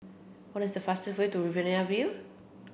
what is the fastest way to Riverina View